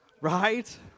Right